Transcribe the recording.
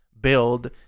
build